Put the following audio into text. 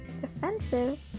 Defensive